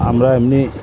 আমরা এমনি